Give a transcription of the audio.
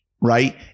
Right